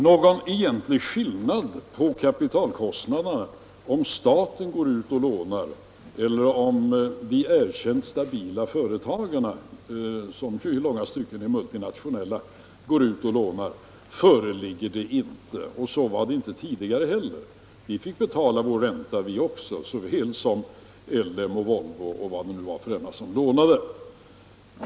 Någon egentlig skillnad på kapitalkostnaderna, om staten går ut och lånar eller om de erkänt stabila företagen, som i långa stycken är multinationella, går ut och lånar, föreligger inte. Så var det inte tidigare heller. Vi fick betala vår ränta, vi också, såväl som LM och Volvo och vilka det nu var som lånade.